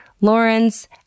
Lawrence